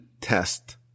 test